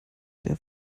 der